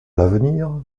l’avenir